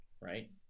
right